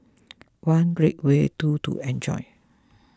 one great way two to enjoy